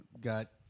got